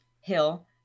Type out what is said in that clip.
hill